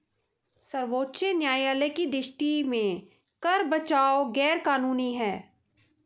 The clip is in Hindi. सर्वोच्च न्यायालय की दृष्टि में कर बचाव गैर कानूनी है